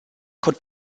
could